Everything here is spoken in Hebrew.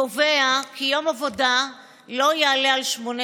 קובע כי יום עבודה לא יעלה על שמונה